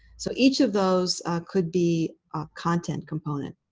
so each of those could be a content component.